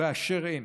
באשר הם,